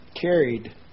carried